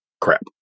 crap